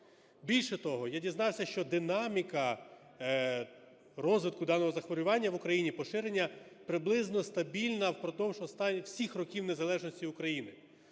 Більше того, я дізнався, що динаміка розвитку даного захворювання в Україні, поширення приблизно стабільна впродовж останніх… всіх років незалежності України.